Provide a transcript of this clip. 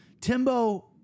Timbo